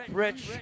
rich